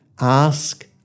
ask